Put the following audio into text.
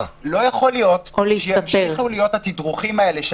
לא ייתכן שימשיכו להיות התדרוכים האלה של